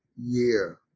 year